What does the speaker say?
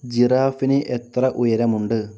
ജിറാഫിന് എത്ര ഉയരമുണ്ട്